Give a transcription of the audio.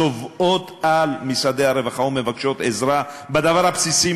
צובאות על משרדי הרווחה ומבקשות עזרה בדבר הבסיסי,